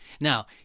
Now